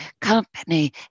company